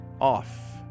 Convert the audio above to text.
Off